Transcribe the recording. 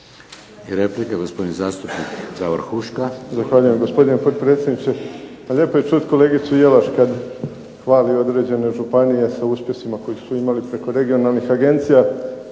Replika, gospodin zastupnik Davor Huška.